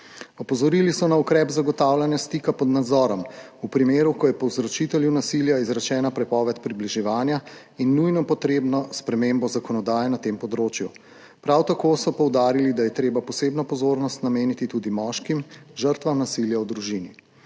Opozorili so na ukrep zagotavljanja stika pod nadzorom v primeru, ko je povzročitelju nasilja izrečena prepoved približevanja, in nujno potrebno spremembo zakonodaje na tem področju. Prav tako so poudarili, da je treba posebno pozornost nameniti tudi moškim žrtvam nasilja v družini.